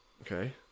Okay